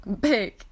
big